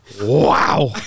Wow